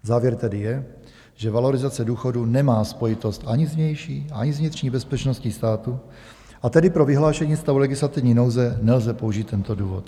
Závěr tedy je, že valorizace důchodů nemá spojitost ani s vnější, ani s vnitřní bezpečnosti státu, a tedy pro vyhlášení stavu legislativní nouze nelze použít tento důvod.